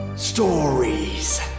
Stories